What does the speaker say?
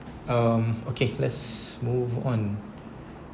um okay let's move on